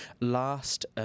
Last